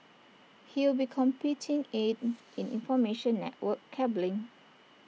he will be competing in in information network cabling